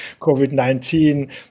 COVID-19